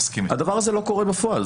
הדבר הזה לא קורה בפועל.